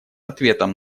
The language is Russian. ответом